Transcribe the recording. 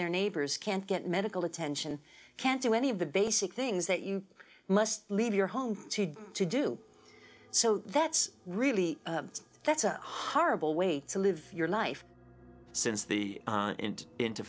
their neighbors can't get medical attention can't do any of the basic things that you must leave your home to do so that's really that's a horrible way to live your life since the